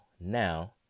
now